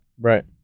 Right